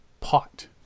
pot